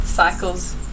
cycles